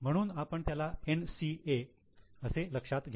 म्हणून आपण त्याला 'NCA' असे लक्षात घेऊ